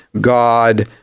God